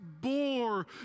bore